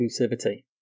exclusivity